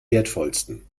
wertvollsten